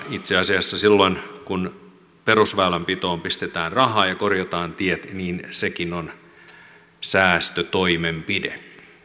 itse asiassa silloin kun perusväylänpitoon pistetään ja korjataan tiet niin sekin on säästötoimenpide